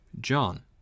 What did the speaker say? John